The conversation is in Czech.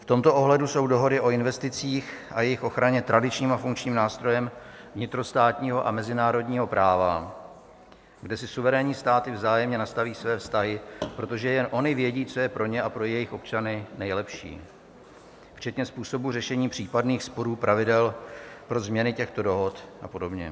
V tomto ohledu jsou dohody o investicích a jejich ochraně tradičním a funkčním nástrojem vnitrostátního a mezinárodního práva, kde si suverénní státy vzájemně nastaví své vztahy, protože jen ony vědí, co je pro ně a jejich občany nejlepší, včetně způsobu řešení případných sporů, pravidel pro změny těchto dohod a podobně.